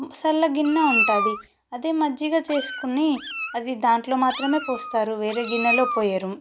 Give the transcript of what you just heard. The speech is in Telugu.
చల్లగిన్న ఉంటుంది అది మజ్జిగ చేసుకుని అది దాంట్లో మాత్రమే పోస్తారు వేరే గిన్నెలో పొయ్యరు